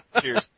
Cheers